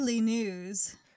news